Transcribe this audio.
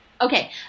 Okay